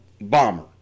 bomber